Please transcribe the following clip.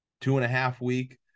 two-and-a-half-week